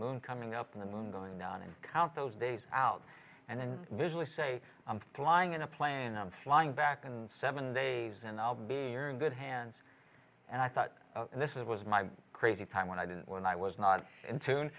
moon coming up on the moon going down and count those days out and then visually say i'm flying in a plane i'm flying back and seven days in i'll be here in good hands and i thought this was my crazy time when i didn't when i was not in tune